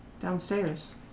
Downstairs